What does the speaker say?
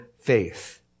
faith